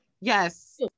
Yes